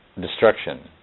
destruction